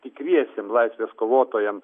tikriesiem laisvės kovotojam